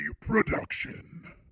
production